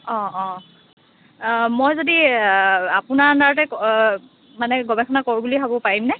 অঁ অঁ অঁ মই যদি আপোনাৰ আন্দাৰতে মানে গৱেষণা কৰোঁ বুলি ভাবোঁ পাৰিমনে